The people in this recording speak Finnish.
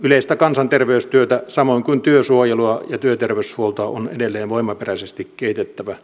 yleistä kansanterveystyötä samoin kuin työsuojelua ja työterveyshuoltoa on edelleen voimaperäisesti kehitettävä